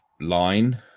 line